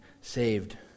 saved